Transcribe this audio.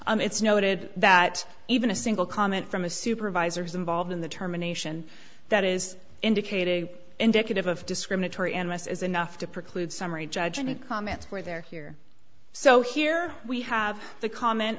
it's noted that even a single comment from a supervisor was involved in the terminations that is indicating indicative of discriminatory and rest is enough to preclude summary judgment comments where they're here so here we have the comment